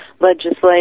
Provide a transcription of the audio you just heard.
legislation